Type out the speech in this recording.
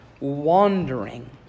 wandering